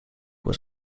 was